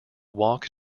walk